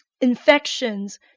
infections